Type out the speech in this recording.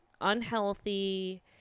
unhealthy